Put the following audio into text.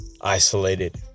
isolated